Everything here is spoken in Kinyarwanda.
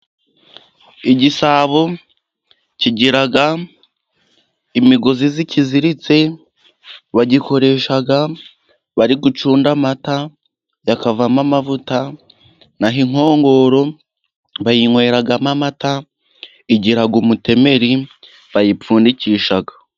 Igisabo kigira imigozi ikiziritse, bagikoresha bari gucunda amata akavamo amavuta. Naho inkongoro bayinyweramo amata, igira umutemeri bayipfundikisha.